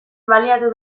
baliatu